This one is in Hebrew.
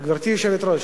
גברתי היושבת-ראש,